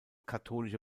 katholische